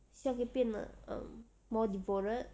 希望可以变得 more devoted